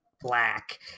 black